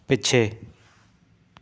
ਪਿੱਛੇ